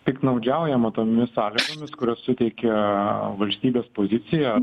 piktnaudžiaujama tomis sąlygomis kurios suteikia valstybės poziciją